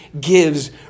gives